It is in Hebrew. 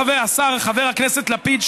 חבר הכנסת לפיד,